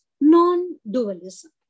non-dualism